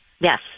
Yes